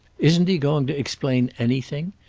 isn't he going to explain anything?